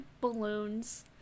balloons